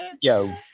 Yo